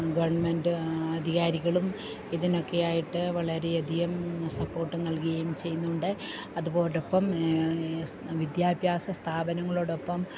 government അധികാരികളും ഇതിനൊക്കെയായിട്ട് വളരെ അധികം സപ്പോർട്ട് നല്കുകയും ചെയ്യുന്നുണ്ട് അതോടൊപ്പം വിദ്യാഭ്യാസ സ്ഥാപനങ്ങളോടൊപ്പം